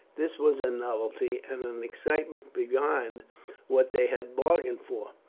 this was a novelty, and an excitement beyond what they had bargained for.